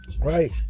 Right